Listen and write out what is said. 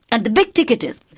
and the big ticket is,